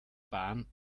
bahn